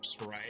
right